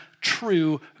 true